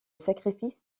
sacrifice